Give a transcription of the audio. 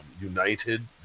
united